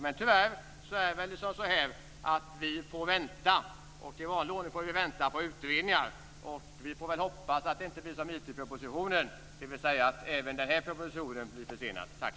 Men tyvärr får vi i vanlig ordning vänta på utredningar. Vi får hoppas att det inte blir som med IT-propositionen, dvs. att även den här propositionen blir försenad.